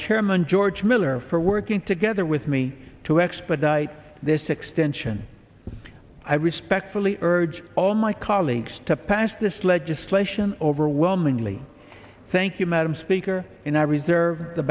chairman george miller for working together with me to expedite this extension i respectfully urge all my colleagues to pass this legislation overwhelmingly thank you madam speaker and i reserve the